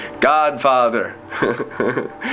Godfather